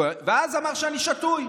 ואז אמר שאני שתוי.